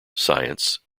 science